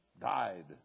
died